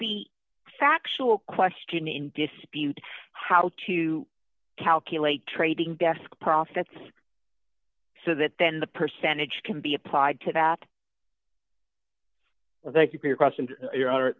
the factual question in dispute how to calculate trading desk profits so that then the percentage can be applied to bath well thank you for your